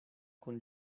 kun